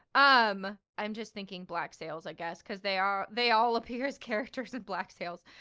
um, i'm just thinking black sails, i guess because they are they all appear as characters in black sails.